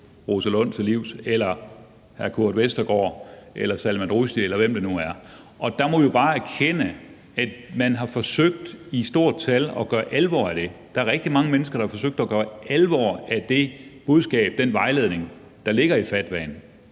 Rosa Lund eller Kurt Westergaard eller Salman Rushdie, eller hvem det nu er, til livs, og der må vi bare erkende, at man har forsøgt i stort tal at gøre alvor af det. Der er rigtig mange mennesker, der har forsøgt at gøre alvor af det budskab, den vejledning, der ligger i fatwaen,